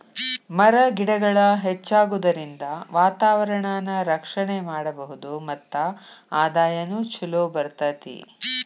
ಮರ ಗಿಡಗಳ ಹೆಚ್ಚಾಗುದರಿಂದ ವಾತಾವರಣಾನ ರಕ್ಷಣೆ ಮಾಡಬಹುದು ಮತ್ತ ಆದಾಯಾನು ಚುಲೊ ಬರತತಿ